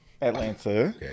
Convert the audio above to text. atlanta